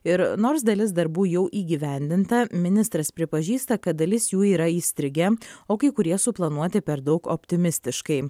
ir nors dalis darbų jau įgyvendinta ministras pripažįsta kad dalis jų yra įstrigę o kai kurie suplanuoti per daug optimistiškai